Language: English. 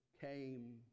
came